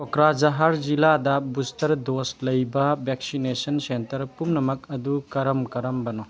ꯀꯣꯀ꯭ꯔꯥꯖꯍꯥꯔ ꯖꯤꯜꯂꯥꯗ booster dose ꯂꯩꯕ vaccination centre ꯄꯨꯝꯅꯃꯛ ꯑꯗꯨ ꯀꯔꯝ ꯀꯔꯝꯕꯅꯣ